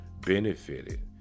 benefited